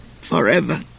Forever